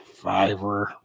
Fiverr